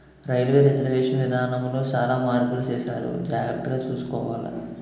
railway reservation విధానములో సాలా మార్పులు సేసారు జాగర్తగ సూసుకోవాల